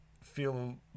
feel